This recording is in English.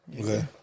Okay